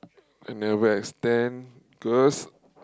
I never extend cause